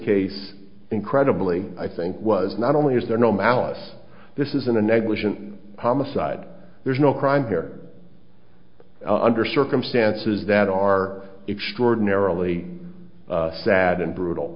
case incredibly i think was not only is there no malice this isn't a negligent homicide there's no crime here under circumstances that are extraordinarily sad and brutal